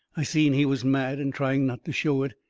i seen he was mad and trying not to show it,